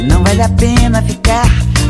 Não vale a pena ficar